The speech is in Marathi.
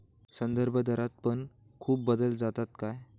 संदर्भदरात पण खूप बदल जातत काय?